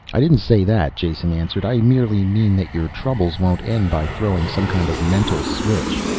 i didn't say that, jason answered. i merely mean that your troubles won't end by throwing some kind of mental switch.